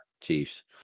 Chiefs